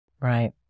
Right